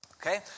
Okay